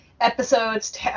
Episodes